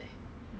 弟弟